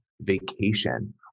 vacation